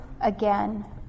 again